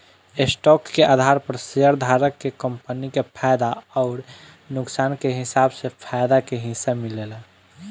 stock के आधार पर शेयरधारक के कंपनी के फायदा अउर नुकसान के हिसाब से फायदा के हिस्सा मिलेला